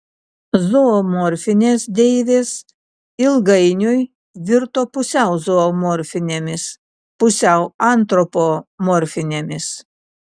zoomorfinės deivės ilgainiui virto pusiau zoomorfinėmis pusiau antropomorfinėmis